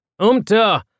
Umta